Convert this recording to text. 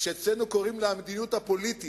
שאצלנו קוראים לה המדיניות הפוליטית.